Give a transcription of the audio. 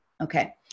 Okay